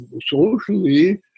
socially